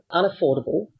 unaffordable